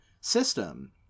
system